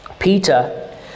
Peter